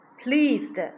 pleased